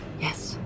Yes